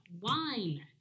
Wine